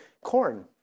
corn